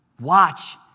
Watch